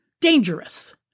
Dangerous